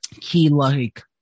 key-like